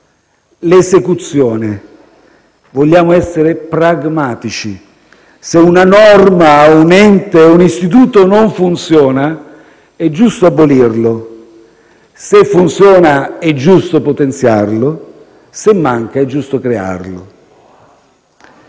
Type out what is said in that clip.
l'esecuzione, perché vogliamo essere pragmatici: se una norma, un ente o un istituto non funzionano è giusto abolirli; se funzionano, è giusto potenziarli; se mancano, è giusto crearli.